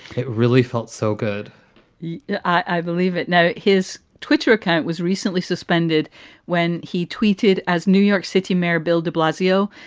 it really felt so good you know i believe it now. his twitter account was recently suspended when he tweeted as new york city mayor bill de blasio.